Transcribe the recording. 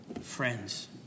Friends